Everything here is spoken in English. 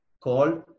called